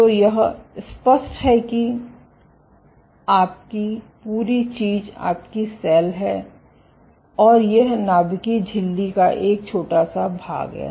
तो यह स्पष्ट है कि आपकी पूरी चीज आपकी सेल है और यह नाभिकीय झिल्ली का एक छोटा सा भाग है